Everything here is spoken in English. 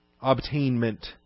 obtainment